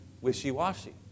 wishy-washy